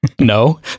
no